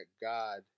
God